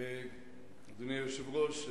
אדוני היושב-ראש,